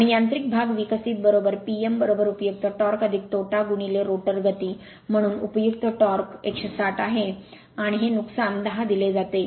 आता यांत्रिक भाग विकसित P m उपयुक्त टॉर्क तोटा रोटर गती म्हणून उपयुक्त टॉर्क 160 आहे आणि हे नुकसान 10 दिले जाते